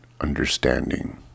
understanding